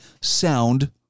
sound